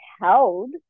held